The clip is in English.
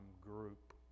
group